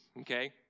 okay